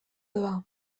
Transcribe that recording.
doa